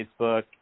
Facebook